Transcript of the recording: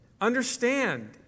understand